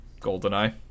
Goldeneye